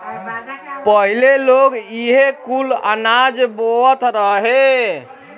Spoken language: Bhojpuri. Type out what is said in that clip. पहिले लोग इहे कुल अनाज बोअत रहे